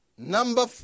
Number